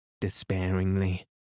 despairingly